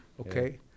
okay